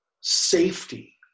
safety